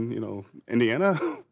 you know, indiana?